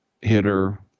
hitter